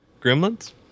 Gremlins